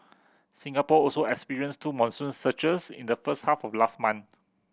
Singapore also experienced two monsoon surges in the first half of last month